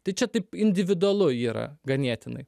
tai čia taip individualu yra ganėtinai